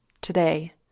Today